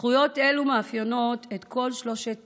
זכויות אלה מאפיינות את כל שלושת